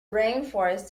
rainforests